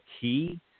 key